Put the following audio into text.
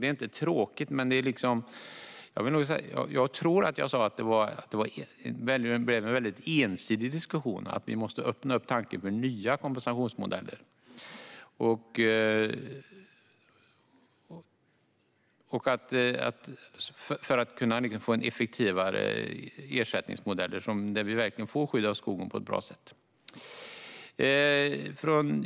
Det är inte tråkigt, men jag tror att jag sa att det blev en mycket ensidig diskussion och att vi måste öppna upp för nya kompensationsmodeller för att kunna få effektivare ersättningsmodeller där vi verkligen får ett skydd av skogen på ett bra sätt.